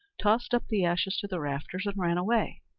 tossed up the ashes to the rafters and ran away.